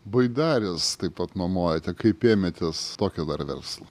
baidares taip pat nuomojate kaip ėmėtės tokio dar verslo